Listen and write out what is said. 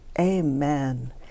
Amen